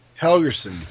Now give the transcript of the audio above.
Helgerson